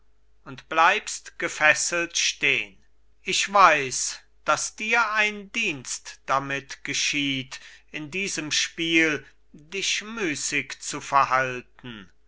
und bleibst gefesselt stehn ich weiß daß dir ein dienst damit geschieht in diesem spiel dich müßig zu verhalten